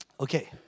Okay